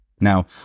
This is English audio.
Now